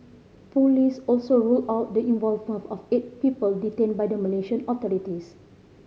police also ruled out the involvement of eight people detained by the Malaysian authorities